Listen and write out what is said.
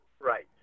right